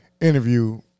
interview